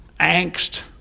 angst